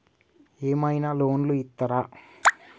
ఏమైనా లోన్లు ఇత్తరా?